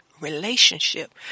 relationship